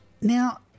Now